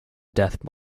death